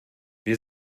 wir